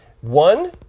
One